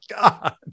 God